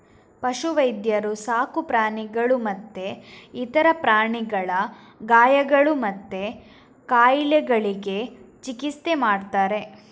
ಪಶು ವೈದ್ಯರು ಸಾಕು ಪ್ರಾಣಿಗಳು ಮತ್ತೆ ಇತರ ಪ್ರಾಣಿಗಳ ಗಾಯಗಳು ಮತ್ತೆ ಕಾಯಿಲೆಗಳಿಗೆ ಚಿಕಿತ್ಸೆ ಮಾಡ್ತಾರೆ